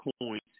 coins